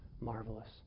marvelous